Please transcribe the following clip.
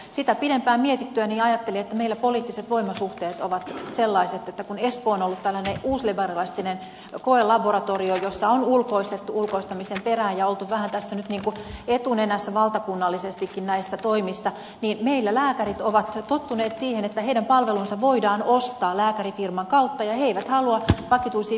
sitä pidempään mietittyäni ajattelen että meillä poliittiset voimasuhteet ovat sellaiset että kun espoo on ollut tällainen uusliberalistinen koelaboratorio jossa on ulkoistettu ulkoistamisen perään ja oltu vähän etunenässä valtakunnallisestikin näissä toimissa niin meillä lääkärit ovat tottuneet siihen että heidän palvelunsa voidaan ostaa lääkärifirman kautta ja he eivät halua vakituisiin virkoihin